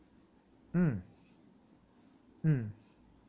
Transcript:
mm mm